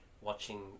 Watching